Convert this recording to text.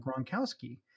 gronkowski